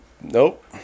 Nope